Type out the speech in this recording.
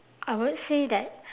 I would say that